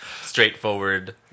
straightforward